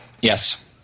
yes